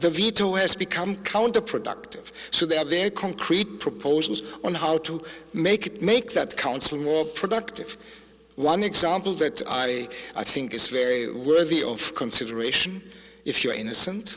the veto s become counterproductive so they have their concrete proposals on how to make it make that council more productive one example that i i think it's very worthy of consideration if you're innocent